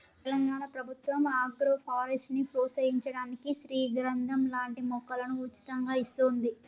తెలంగాణ ప్రభుత్వం ఆగ్రోఫారెస్ట్ ని ప్రోత్సహించడానికి శ్రీగంధం లాంటి మొక్కలను ఉచితంగా ఇస్తోంది